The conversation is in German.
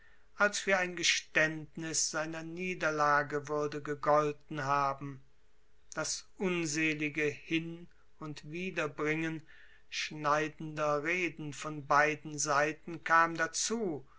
als für ein geständnis seiner niederlage würde gegolten haben das unselige hin und widerbringen schneidender reden von beiden seiten kam dazu